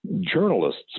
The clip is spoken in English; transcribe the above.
Journalist's